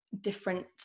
different